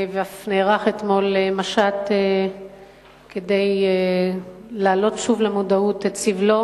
ואף נערך אתמול משט כדי להעלות שוב למודעות את סבלו